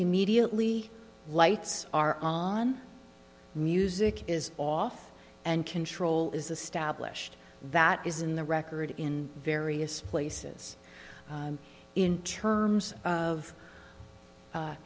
immediately lights are on music is off and control is a stablished that is in the record in various places in terms of